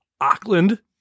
Auckland